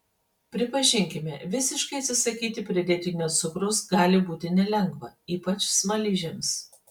pripažinkime visiškai atsisakyti pridėtinio cukraus gali būti nelengva ypač smaližiams